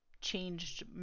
changed